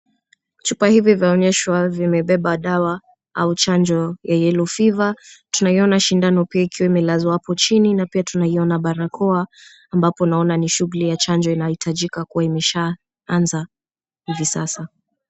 Chupa hivi vimeonyeshwa vimebeba dawa au chanjo ya yellow fever. Tunaiona shindano pia ikiwa imelazwa hapo chini pia tunaona barakoa ambapo naona ni shughuli ya chanjo inahitajika kuwa imesha anza hivi sasa.